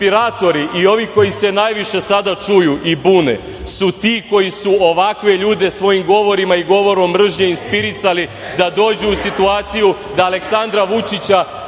inspiratori i ovi koji se najviše sada čuju i bune su ti koji su ovakve ljude svojim govorima i govorom mržnje inspirisali da dođu u situaciju da Aleksandra Vućića,